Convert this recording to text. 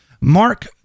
Mark